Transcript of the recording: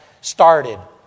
started